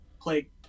play